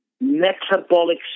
metabolic